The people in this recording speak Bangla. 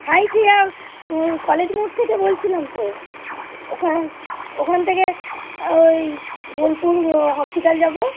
সাঁইথিয়া কলেজ মোড় থেকে বলছিলাম তো ওখান ওখান থেকে ওই বোলপুর হসপিটাল যাব